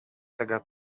tego